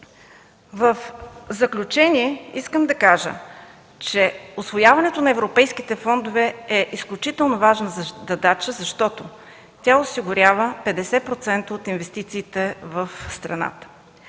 В заключение, искам да кажа, че усвояването на европейските фондове е изключително важна задача, защото тя осигурява 50% от инвестициите в страната